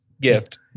gift